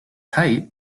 height